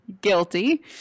Guilty